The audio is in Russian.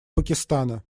пакистана